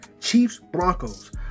Chiefs-Broncos